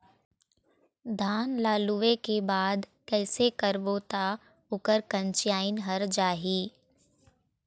धान ला लुए के बाद कइसे करबो त ओकर कंचीयायिन हर जाही?